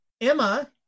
Emma